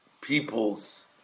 people's